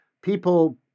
people